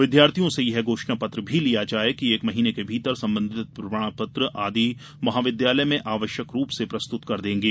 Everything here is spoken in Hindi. विद्यार्थियों से यह घोषणा पत्र भी लिया जाये कि एक माह के भीतर संबंधित प्रमाण पत्र आदि महाविद्यालय में आवश्यक रूप से सप्रस्तुत कर देंगे